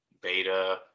beta